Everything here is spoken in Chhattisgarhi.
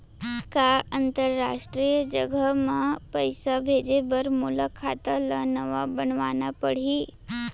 का अंतरराष्ट्रीय जगह म पइसा भेजे बर मोला खाता ल नवा बनवाना पड़ही?